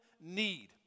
need